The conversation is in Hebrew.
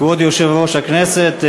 כבוד יושב-ראש הכנסת,